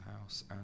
house